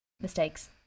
mistakes